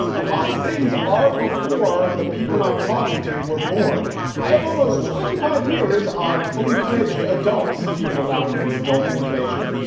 a lot of things are before the people i'm talking to were born i have almost twenty five years on fully fledged adults even allowing for adult inflation.